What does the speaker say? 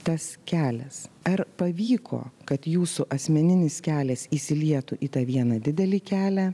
tas kelias ar pavyko kad jūsų asmeninis kelias įsilietų į tą vieną didelį kelią